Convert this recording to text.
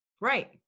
Right